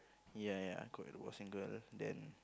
ya ya correct the boxing girl then